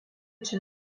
čia